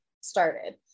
started